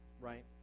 right